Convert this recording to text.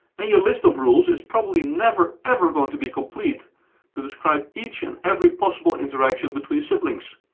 and your list of rules is probably never ever going to be complete to describe each and every possible interaction between siblings.